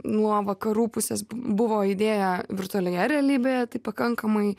nuo vakarų pusės buvo idėja virtualioje realybėje tai pakankamai